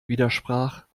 widersprach